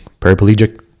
paraplegic